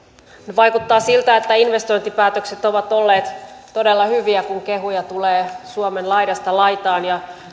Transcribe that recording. vaikuttaa siltä että investointipäätökset ovat olleet todella hyviä kun kehuja tulee suomen laidasta laitaan